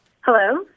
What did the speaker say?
Hello